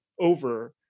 over